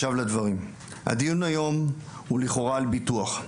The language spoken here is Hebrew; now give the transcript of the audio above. הדיון היום הוא לכאורה על ביטוח.